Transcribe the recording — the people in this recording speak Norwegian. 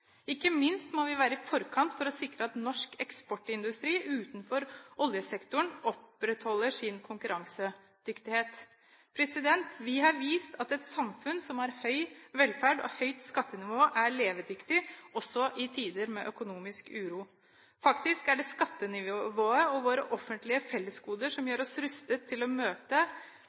Ikke minst må vi være i forkant for å sikre at norsk eksportindustri utenfor oljesektoren opprettholder sin konkurransedyktighet. Vi har vist at et samfunn som har høy velferd og høyt skattenivå, er levedyktig, også i tider med økonomisk uro. Faktisk er det skattenivået og våre offentlige fellesgoder som gjør oss rustet til å møte